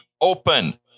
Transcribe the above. open